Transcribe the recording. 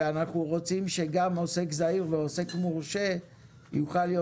ואנחנו רוצים שגם עוסק זעיר ועוסק מורשה יוכל להיות